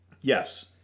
yes